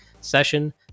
session